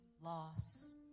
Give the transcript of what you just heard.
loss